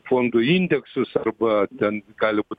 fondų indeksus arba ten gali būt